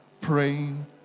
praying